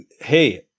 hey